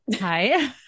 Hi